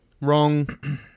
Wrong